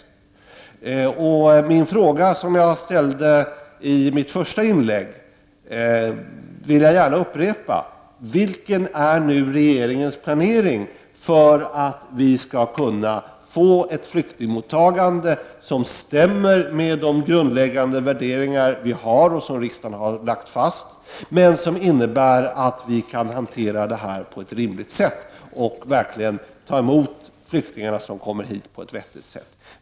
Jag vill upprepa den fråga som jag ställde i mitt första inlägg: Vilken planering har regeringen för att vi skall kunna få ett flyktingmottagande som stämmer med de grundläggande värderingar som vi har och som riksdagen har lagt fast? Enligt dessa värderingar skall vi hantera de här frågorna och verkligen ta emot de flyktingar som kommer hit på ett vettigt sätt.